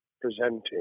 presenting